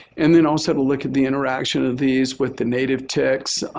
and then um sort of look at the interaction of these with the native ticks.